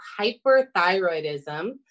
hyperthyroidism